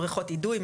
בריכות אידוי,